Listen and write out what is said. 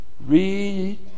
Read